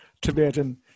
Tibetan